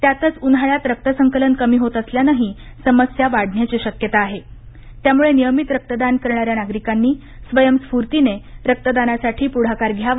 त्यातच उन्हाळ्यात रक्तसंकलन कमी होत असल्यानंही समस्या वाढण्याची शक्यता आहे त्यामुळे नियमीत रक्तदान करणाऱ्या नागरिकांनी स्वयंस्फूर्तीने रक्तदानासाठी पुढाकार घ्यावा